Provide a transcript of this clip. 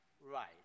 Right